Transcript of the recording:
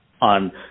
on